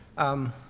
um,